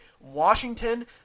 Washington